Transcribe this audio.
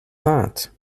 that